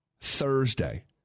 Thursday